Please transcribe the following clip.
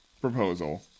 proposal